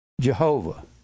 Jehovah